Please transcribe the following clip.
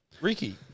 Ricky